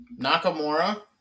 Nakamura